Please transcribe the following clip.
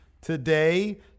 today